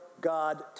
God